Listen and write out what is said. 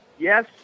Yes